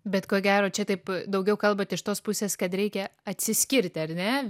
bet ko gero čia taip daugiau kalbat iš tos pusės kad reikia atsiskirti ar ne